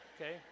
okay